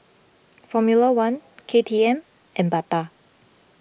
formula one K T M and Bata